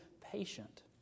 patient